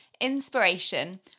inspiration